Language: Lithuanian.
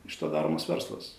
iš to daromas verslas